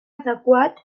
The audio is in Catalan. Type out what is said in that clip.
adequat